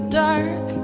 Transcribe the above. dark